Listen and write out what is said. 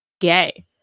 gay